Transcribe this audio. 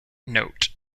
note